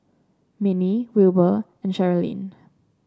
Manie Wilbur and Cherilyn